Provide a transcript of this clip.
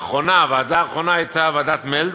האחרונה, הוועדה האחרונה, הייתה ועדת מלץ,